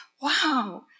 wow